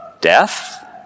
death